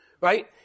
Right